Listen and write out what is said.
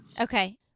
Okay